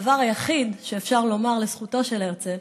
הדבר היחיד שאפשר לומר לזכותו של הרצל